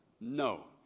No